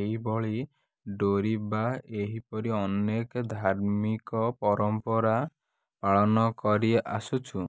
ଏହିଭଳି ଡୋରୀ ବା ଏହିପରି ଅନେକ ଧାର୍ମିକ ପରମ୍ପରା ପାଳନ କରି ଆସୁଛୁ